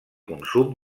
consum